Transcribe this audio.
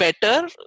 better